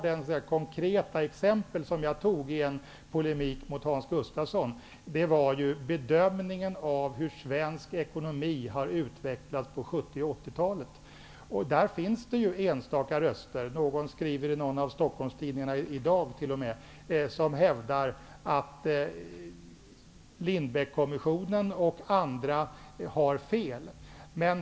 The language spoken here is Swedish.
Det konkreta exempel som jag tog i polemik mot Hans Gustafsson var bedömningen av hur svensk ekonomi har utvecklats på 70 och 80-talet. Där finns det enstaka röster. Någon hävdar t.o.m. i en av Stockholmstidningarna i dag att Lindbeckkommissionen och andra har fel.